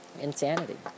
insanity